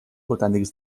botànics